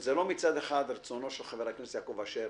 זה לא מצד אחד רצונו של חבר הכנסת יעקב אשר